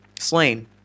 slain